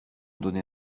donner